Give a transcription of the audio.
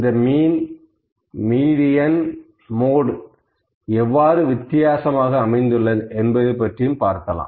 இந்த mean median mode எவ்வாறு வித்தியாசமாக அமைந்துள்ளது என்பது பற்றியும் பார்க்கலாம்